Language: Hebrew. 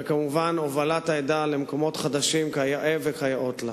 וכמובן הובלת העדה למקומות חדשים, כיאה וכיאות לה.